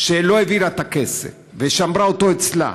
והיא לא העבירה את הכסף ושמרה אותו אצלה.